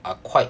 are quite